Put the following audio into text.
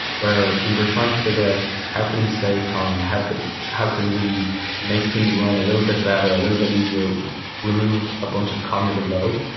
where we were trying to figure out how can we save time? how can how can we make things run a little bit better, a little bit easier remove a bunch of cognitive load?